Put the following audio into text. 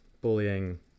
Bullying